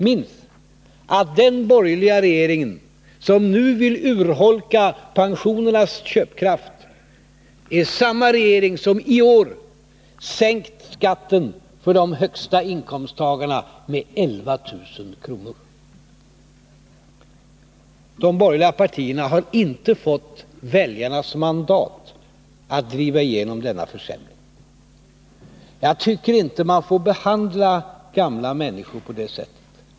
Minns att den borgerliga regering som nu vill urholka pensionärernas köpkraft är samma regering som i år sänkt skatten för de högsta inkomsttagarna med 11 000 kr. De borgerliga partierna har inte fått väljarnas mandat att driva igenom denna försämring. Jag tycker inte man får behandla gamla människor på det sättet.